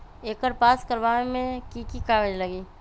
एकर पास करवावे मे की की कागज लगी?